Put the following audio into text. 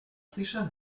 fischer